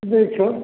देय छौ